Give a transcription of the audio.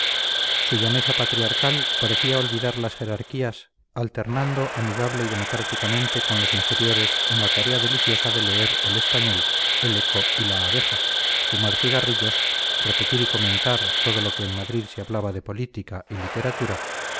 subordinados su llaneza patriarcal parecía olvidar las jerarquías alternando amigable y democráticamente con los inferiores en la tarea deliciosa de leer el español el eco y la abeja fumar cigarrillos repetir y comentar todo lo que en madrid se hablaba de política y literatura